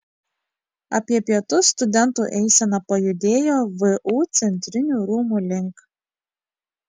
apie pietus studentų eisena pajudėjo vu centrinių rūmų link